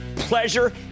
Pleasure